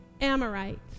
Amorites